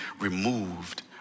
removed